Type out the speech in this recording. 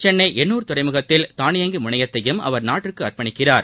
சென்னை எண்ணுர் துறைமுகத்தில் தானியங்கி முனையத்தையும் அவர் நாட்டுக்கு அர்ப்பணிக்கிறார்